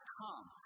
come